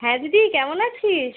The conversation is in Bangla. হ্যাঁ দিদি কেমন আছিস